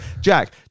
Jack